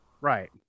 Right